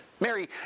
Mary